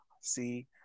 see